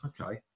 okay